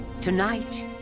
Tonight